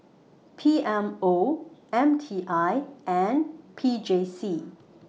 P M O M T I and P J C